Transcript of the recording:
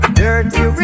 dirty